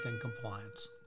Compliance